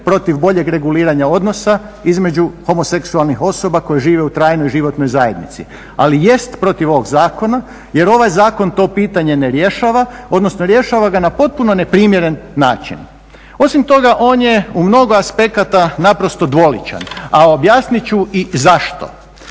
protiv boljeg reguliranja odnosa između homoseksualnih osoba koje žive u trajnoj životnoj zajednici, ali jest protiv ovog zakona jer ovaj zakon to pitanje ne rješava, odnosno rješava ga na potpuno neprimjeren način. Osim toga, on je u mnogo aspekata naprosto dvoličan, a objasnit ću i zašto.